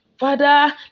Father